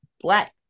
black